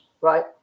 Right